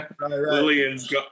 Lillian's